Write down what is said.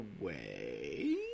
away